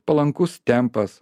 palankus tempas